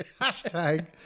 Hashtag